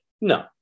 No